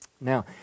Now